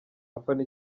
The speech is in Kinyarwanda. afana